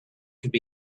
could